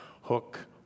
hook